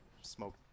smoke